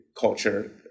culture